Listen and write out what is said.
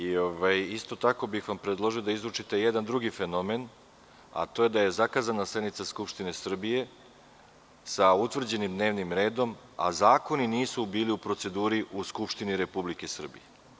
Isto tako, predložio bih vam da izučite jedan drugi fenomen, a to je da je zakazana sednica Skupštine Srbije sa utvrđenim dnevnim redom, a zakoni nisu bili u proceduri u Skupštini Republike Srbije.